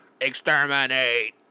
exterminate